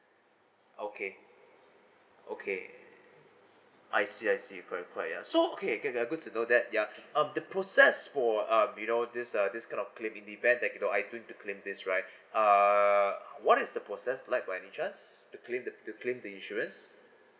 okay okay I see I see upon require so okay get uh good to know that ya um the process for um you know this uh this kind of claim in the event that if your item to claim this right err what is the process like by any chance to claim the to claim the insurance